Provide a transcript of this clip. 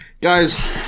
guys